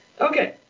Okay